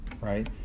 right